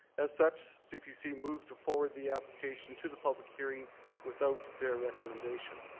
as such, cpc moved to forward the application to the public hearing without their recommendation.